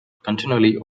continually